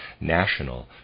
national